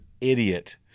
idiot